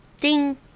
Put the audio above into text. Ding